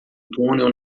túnel